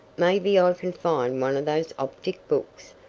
maybe i can find one of those optic books,